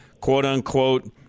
quote-unquote